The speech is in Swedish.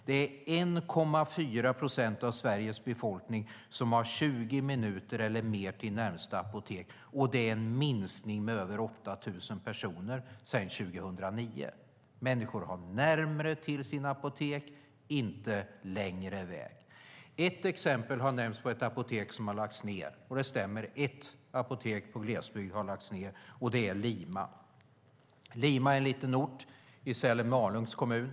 Det är 1,4 procent av Sveriges befolkning som har 20 minuter eller mer till närmaste apotek, vilket är en minskning med över 8 000 personer sedan 2009. Människor har kortare väg till apoteket, inte längre. Ett exempel på ett apotek som lagts ned har nämnts. Det stämmer att ett apotek i glesbygden har lagts ned. Det är apoteket i Lima. Lima är en liten ort i Malung-Sälens kommun.